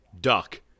Duck